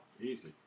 Easy